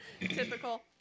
Typical